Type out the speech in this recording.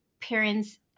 parents